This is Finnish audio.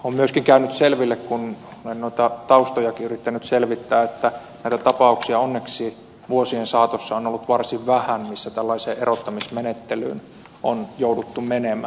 on myöskin käynyt selville kun taustojakin olen yrittänyt selvittää että näitä tapauksia onneksi vuosien saatossa on ollut varsin vähän missä tällaiseen erottamismenettelyyn on jouduttu menemään